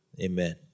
Amen